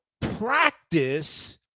practice